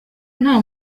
nta